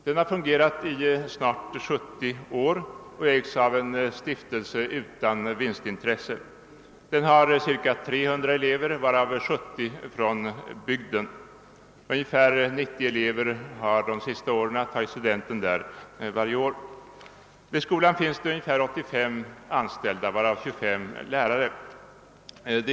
Den har fungerat i snart 70 år och ägs av en stiftelse utan vinstintresse. Den har ca 300 elever, varav 70 från bygden. Ungefär 90 elever har de senaste åren tagit studentexamen där varje år. Vid skolan finns ungefär 85 anställda, varav 25 lärare.